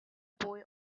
boy